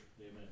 Amen